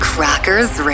Crackers